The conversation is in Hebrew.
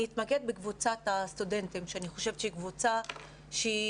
אתמקד בקבוצת הסטודנטים שאני חושבת שהיא